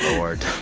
lord